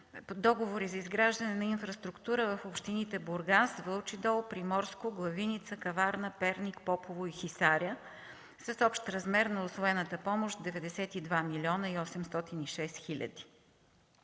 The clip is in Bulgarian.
са договори за изграждане на инфраструктура в общините Бургас, Вълчи дол, Приморско, Главиница, Каварна, Перник, Попово и Хисаря с общ размер на усвоената помощ 92 млн. 806 хиляди.